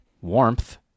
warmth